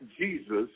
Jesus